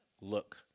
look